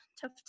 tough